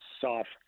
soft